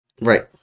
Right